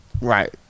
Right